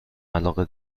علاقه